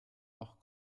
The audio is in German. auch